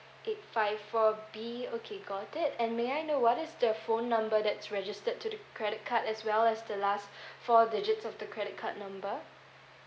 eight five four B okay got it and may I know what is the phone number that's registered to the credit card as well as the last four digits of the credit card number